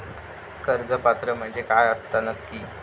कर्ज पात्र म्हणजे काय असता नक्की?